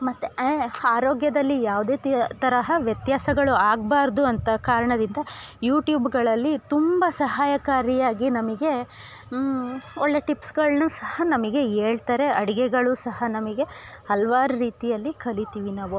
ಮತ್ತು ಆರೋಗ್ಯದಲ್ಲಿ ಯಾವುದೇ ತ್ಯ ತರಹ ವ್ಯತ್ಯಾಸಗಳು ಆಗಬಾರ್ದು ಅಂತ ಕಾರಣದಿಂದ ಯೂಟ್ಯೂಬ್ಗಳಲ್ಲಿ ತುಂಬ ಸಹಾಯಕಾರಿಯಾಗಿ ನಮಗೇ ಒಳ್ಳೇ ಟಿಪ್ಸ್ಗಳನ್ನ ಸಹ ನಮಗೇ ಹೇಳ್ತಾರೆ ಅಡಿಗೆಗಳು ಸಹ ನಮಗೆ ಹಲವಾರು ರೀತಿಯಲ್ಲಿ ಕಲೀತಿವಿ ನಾವು